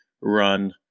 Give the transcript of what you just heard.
run